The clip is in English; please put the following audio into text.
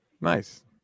nice